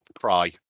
cry